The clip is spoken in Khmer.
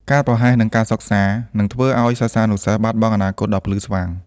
ការប្រហែសនឹងការសិក្សា នឹងធ្វើឱ្យសិស្សានុសិស្សបាត់បង់អនាគតដ៏ភ្លឺស្វាង។